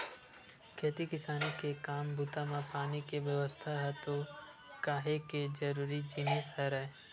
खेती किसानी के काम बूता म पानी के बेवस्था ह तो काहेक जरुरी जिनिस हरय